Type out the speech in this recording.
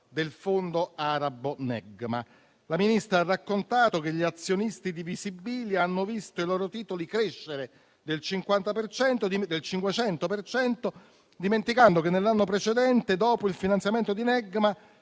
del fondo arabo Negma. La Ministra ha raccontato che gli azionisti di Visibilia hanno visto i loro titoli crescere del 500 per cento, dimenticando che nell'anno precedente, dopo il finanziamento di Negma,